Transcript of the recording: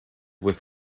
with